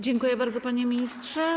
Dziękuję bardzo, panie ministrze.